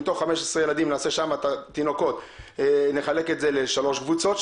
שמתוך 15 תינוקות נחלק את זה ל-3 קבוצות,